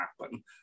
happen